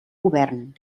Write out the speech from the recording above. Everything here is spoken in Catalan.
govern